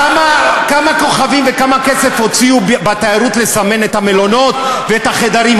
כמה כוכבים וכמה כסף הוציאו בתיירות לסמן את המלונות ואת החדרים?